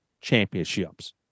championships